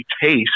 taste